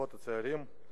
למשפחות צעירות,